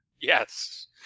Yes